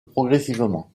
progressivement